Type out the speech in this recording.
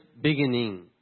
beginning